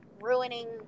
ruining